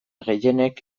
gehienek